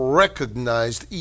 recognized